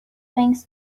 things